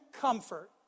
comfort